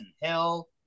Hill